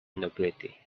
nobility